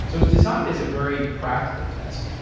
it was designed as a very practical test.